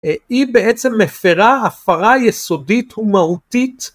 אה, היא בעצם מפרה, הפרה יסודית ומהותית,